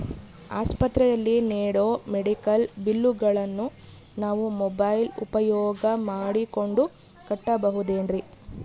ಆಸ್ಪತ್ರೆಯಲ್ಲಿ ನೇಡೋ ಮೆಡಿಕಲ್ ಬಿಲ್ಲುಗಳನ್ನು ನಾವು ಮೋಬ್ಯೆಲ್ ಉಪಯೋಗ ಮಾಡಿಕೊಂಡು ಕಟ್ಟಬಹುದೇನ್ರಿ?